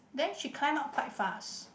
then she climb up quite fast